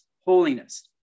holiness